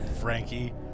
Frankie